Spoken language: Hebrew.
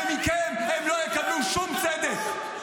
ומכם הם לא יקבלו שום צדק.